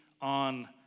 on